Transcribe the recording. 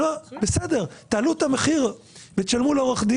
בסדר, תעלו את המחיר ותשלמו המחיר.